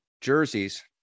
jerseys